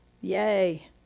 Yay